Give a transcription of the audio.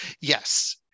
Yes